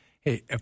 hey